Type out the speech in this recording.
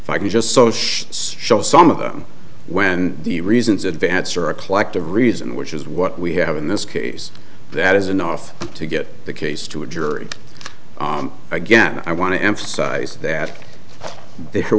if i could just so she show some of them when the reasons advance or a collective reason which is what we have in this case that is enough to get the case to a jury again i want to emphasize that there